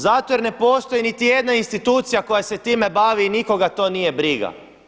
Zato jer ne postoji niti jedna institucija koja se time bavi i nikoga to nije briga.